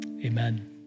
Amen